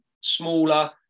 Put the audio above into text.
smaller